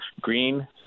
green